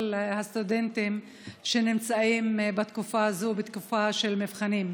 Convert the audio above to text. הסטודנטים שנמצאים בתקופה זו בתקופה של מבחנים.